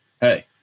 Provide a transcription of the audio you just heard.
Hey